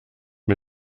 mir